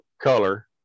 color